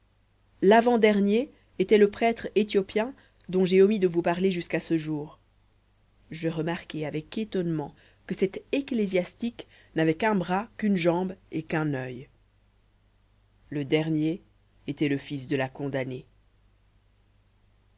l'avant-dernier était le prêtre éthiopien dont j'ai omis de vous parler jusqu'à ce jour je remarquai avec étonnement que cet ecclésiastique n'avait qu'un bras qu une jambe et qu'un oeil le dernier était le fils de la condamnée